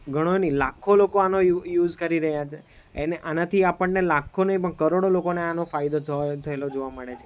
ઘણો નહીં લાખો લોકો આનો યુઝ કરી રહ્યા છે એને આનાથી આપણને લાખો નહીં પણ કરોડો લોકોને આનો ફાયદો થયો થએલો જોવા મળે છે